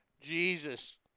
Jesus